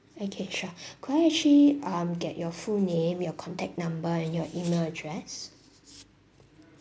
okay sure could I actually um get your full name your contact number and your email address